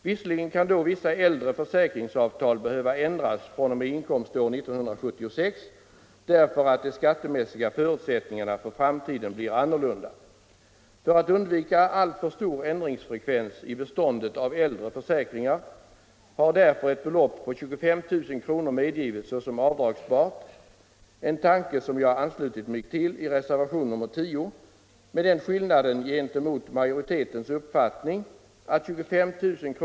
Visserligen kan då vissa äldre försäkringsavtal behöva ändras fr.o.m. inkomståret 1976, därför att de skattemässiga förutsättningarna för framtiden blir annorlunda, men sådan anpassning av äldre avtal till nya lagar innebär inte att lagstiftningen i sig själv är retroaktiv. För att undvika alltför stor ändringsfrekvens i beståndet av äldre försäkringar har dessutom ett belopp på 25 000 kr. medgivits såsom avdragbart. Det är en tanke som jag anslutit mig till i reservationen 10, med den skillnaden gentemot majoritetens uppfattning att 25 000 kr.